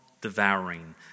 devouring